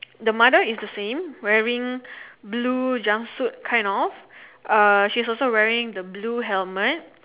the mother is the same wearing blue jumpsuit kind of uh she's also wearing the blue helmet